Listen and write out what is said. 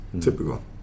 Typical